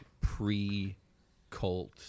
pre-cult